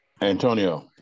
Antonio